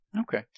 okay